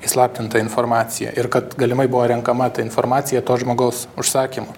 įslaptinta informacija ir kad galimai buvo renkama ta informacija to žmogaus užsakymu